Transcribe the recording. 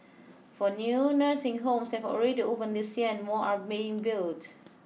four new nursing homes have already opened this year and more are being built